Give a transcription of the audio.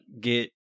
get